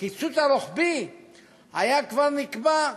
הקיצוץ הרוחבי כבר נקבע,